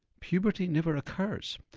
puberty never occurs.